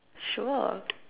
sure